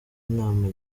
inama